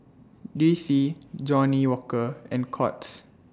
D C Johnnie Walker and Courts